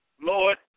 Lord